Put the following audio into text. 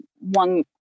one